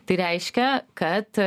tai reiškia kad